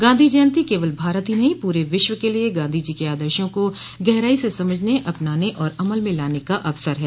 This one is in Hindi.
गांधी जयन्ती केवल भारत ही नहीं पूरे विश्व के लिये गांधी जी के आदर्शो को गहराई से समझने अपनाने और अमल में लाने का अवसर है